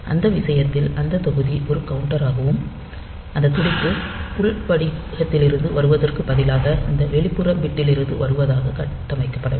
அந்த விஷயத்தில் அந்த தொகுதி ஒரு கவுண்டராகவும் அந்த துடிப்பு உள் படிகத்திலிருந்து வருவதற்கு பதிலாக இந்த வெளிப்புற பிட்டிலிருந்து வருவதாக கட்டமைக்கப்பட வேண்டும்